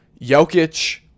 Jokic